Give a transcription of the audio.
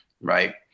right